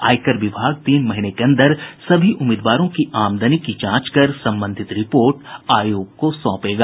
आयकर विभाग तीन महीने के अंदर सभी उम्मीदवारों की आमदनी की जांच कर संबंधित रिपोर्ट आयोग को सौंपेगा